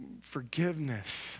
forgiveness